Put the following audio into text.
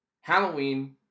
Halloween